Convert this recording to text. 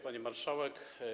Pani Marszałek!